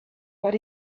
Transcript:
but